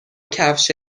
کفش